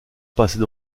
passait